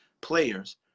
players